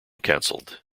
cancelled